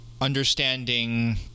understanding